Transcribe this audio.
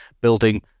building